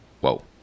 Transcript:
whoa